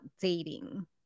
dating